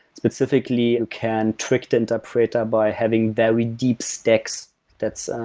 specifically, you can trick the interpreter by having very deep stacks that's